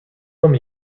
them